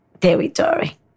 territory